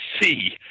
see